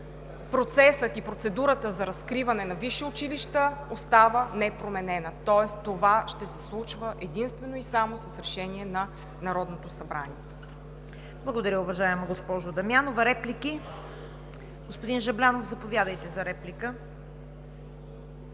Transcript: процесът и процедурата за разкриване на висши училища остава непроменена, тоест това ще се случва единствено и само с решение на Народното събрание. ПРЕДСЕДАТЕЛ ЦВЕТА КАРАЯНЧЕВА: Благодаря, уважаема госпожо Дамянова. Реплики? Господин Жаблянов, заповядайте за реплика.